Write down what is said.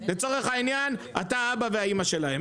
לצורך העניין אתה האבא והאימא שלהם.